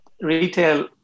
retail